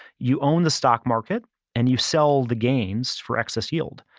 you own the stock market and you sell the gains for excess yield.